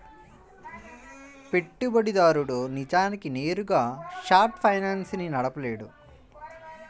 పెట్టుబడిదారుడు నిజానికి నేరుగా షార్ట్ ఫైనాన్స్ ని నడపలేడు